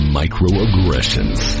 microaggressions